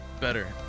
better